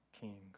King